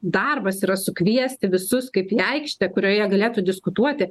darbas yra sukviesti visus kaip į aikštę kurioje galėtų diskutuoti